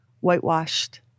whitewashed